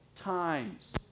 times